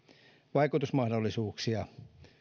vaikutusmahdollisuuksia